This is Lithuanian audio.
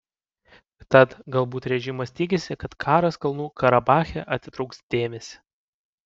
tad galbūt režimas tikisi kad karas kalnų karabache atitrauks dėmesį